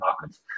markets